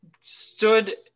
stood